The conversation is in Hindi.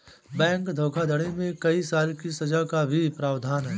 बैंक धोखाधड़ी में कई साल की सज़ा का भी प्रावधान है